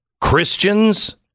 Christians